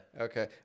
Okay